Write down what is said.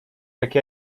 jaki